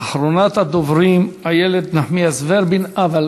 אחרונת הדוברים, איילת נחמיאס ורבין, אבל